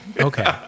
Okay